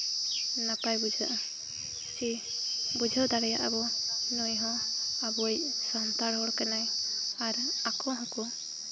ᱱᱟᱯᱟᱭ ᱵᱩᱡᱷᱟᱹᱜᱼᱟ ᱥᱮ ᱵᱩᱡᱷᱟᱹᱣ ᱫᱟᱲᱮᱭᱟᱜᱼᱟ ᱵᱚᱱ ᱱᱩᱭ ᱦᱚᱸ ᱟᱵᱚᱭᱤᱡ ᱥᱟᱱᱛᱟᱲ ᱦᱚᱲ ᱠᱟᱱᱟᱭ ᱟᱨ ᱟᱠᱚ ᱦᱚᱸᱠᱚ